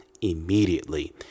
immediately